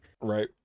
Right